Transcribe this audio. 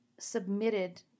submitted